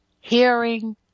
Hearing